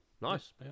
nice